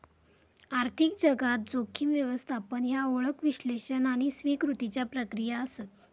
आर्थिक जगात, जोखीम व्यवस्थापन ह्या ओळख, विश्लेषण आणि स्वीकृतीच्या प्रक्रिया आसत